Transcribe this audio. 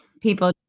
people